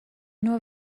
nur